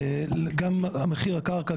גם מחיר הקרקע,